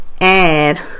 add